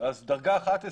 אז דרגה 11